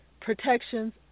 protections